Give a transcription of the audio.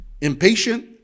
impatient